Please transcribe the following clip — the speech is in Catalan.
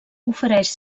ofereix